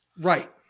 Right